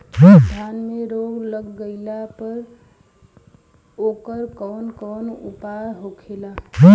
धान में रोग लग गईला पर उकर कवन कवन उपाय होखेला?